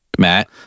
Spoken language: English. Matt